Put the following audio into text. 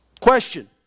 Question